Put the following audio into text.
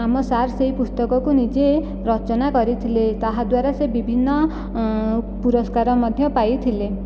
ଆମ ସାର୍ ସେହି ପୁସ୍ତକକୁ ନିଜେ ରଚନା କରିଥିଲେ ତାହାଦ୍ୱାରା ସେ ବିଭିନ୍ନ ପୁରସ୍କାର ମଧ୍ୟ ପାଇଥିଲେ